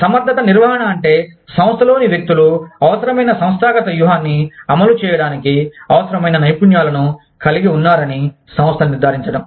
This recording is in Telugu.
సమర్ధత నిర్వహణ అంటే సంస్థలోని వ్యక్తులు అవసరమైన సంస్థాగత వ్యూహాన్ని అమలు చేయడానికి అవసరమైన నైపుణ్యాలను కలిగి ఉన్నారని సంస్థ నిర్ధారించడం